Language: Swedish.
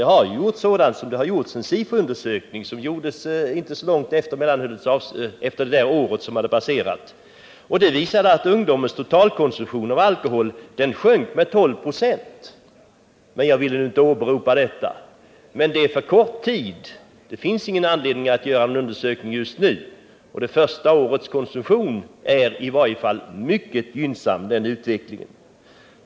Det gjordes en Sifo-undersökning inte så långt efter att ett år hade passerat som visade att ungdomens totalkonsumtion av alkohol sjönk med 12 26. Men jag vill nu inte åberopa detta. Det är för kort tid, och det finns ingen anledning att göra någon undersökning just nu. Men utvecklingen av konsumtionen under det första året är i varje fall mycket gynnsam.